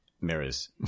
mirrors